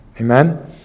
Amen